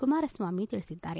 ಕುಮಾರಸ್ನಾಮಿ ತಿಳಿಸಿದ್ದಾರೆ